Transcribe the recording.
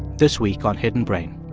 this week on hidden brain